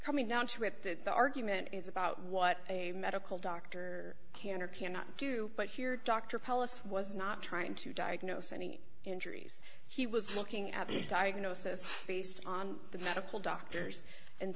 coming down to it that the argument is about what a medical doctor can or cannot do but here dr pelisse was not trying to diagnose any injuries he was looking at the diagnosis based on the medical doctors and